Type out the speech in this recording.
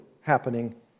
happening